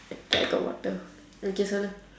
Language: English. lucky I got water okay so now